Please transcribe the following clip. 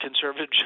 conservative